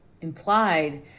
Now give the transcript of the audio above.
implied